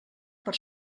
per